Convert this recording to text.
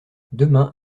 demain